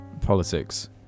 politics